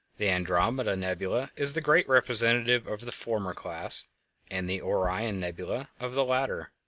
the andromeda nebula is the great representative of the former class and the orion nebula of the latter.